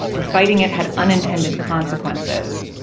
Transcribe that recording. and fighting it had unintended consequences,